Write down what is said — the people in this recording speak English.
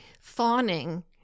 Fawning